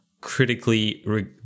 critically